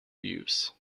views